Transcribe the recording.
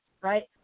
Right